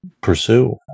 pursue